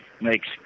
makes